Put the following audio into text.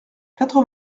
quatre